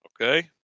Okay